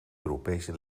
europese